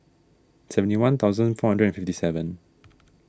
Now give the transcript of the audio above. seventy one thousand four hundred and fifty seven